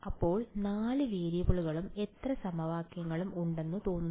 അപ്പോൾ 4 വേരിയബിളുകളും എത്ര സമവാക്യങ്ങളും ഉണ്ടെന്ന് തോന്നുന്നു